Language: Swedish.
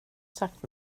sagt